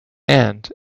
and